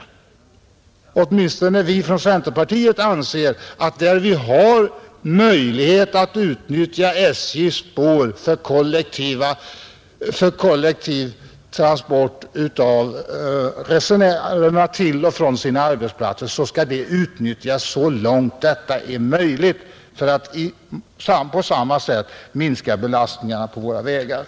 Åtminstone vi inom centerpartiet anser att där vi har möjlighet att utnyttja SJ:s spår för kollektiv transport av resenärer fram och tillbaka mellan hemmet och arbetsplatsen skall detta göras så långt det är möjligt för att minska belastningen på våra vägar.